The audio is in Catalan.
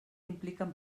impliquen